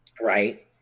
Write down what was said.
Right